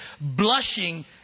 blushing